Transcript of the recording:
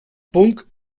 punk